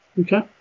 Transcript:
Okay